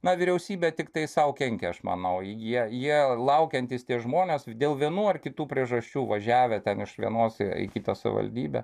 na vyriausybė tiktai sau kenkia aš manau jie jie laukiantys tie žmonės dėl vienų ar kitų priežasčių važiavę ten iš vienos į kitą savivaldybę